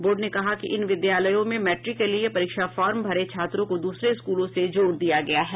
board ने कहा है कि इन विद्यालयों से मैट्रिक के लिए परीक्षा फार्म भरे छात्रों को दूसरे स्कूलों से जोड़ दिया गया है